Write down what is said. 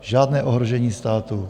Žádné ohrožení státu.